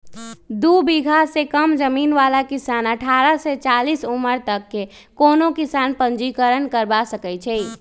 दू बिगहा से कम जमीन बला किसान अठारह से चालीस उमर तक के कोनो किसान पंजीकरण करबा सकै छइ